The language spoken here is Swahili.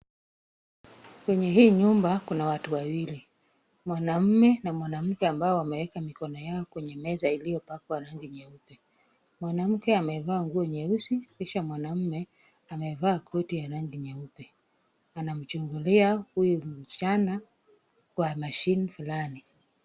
Kwenye hii nyumba kuna watu wawili, mwanamume na mwanamke ambao wameeka mikono yao kwenye meza iliyopakwa rangi nyeupe. Mwanamke amevaa nguo nyeusi, kisha mwanamume amevaa koti ya rangi nyeupe. Anamchungulia huyu msichana kwa machine fulani.